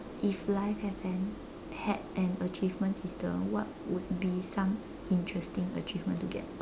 if life have an had an achievement system what would be some interesting achievement to get